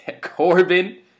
Corbin